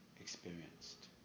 experienced